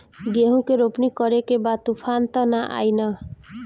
गेहूं के रोपनी करे के बा तूफान त ना आई न?